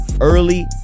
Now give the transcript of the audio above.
early